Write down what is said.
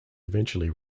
eventually